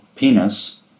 penis